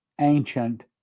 ancient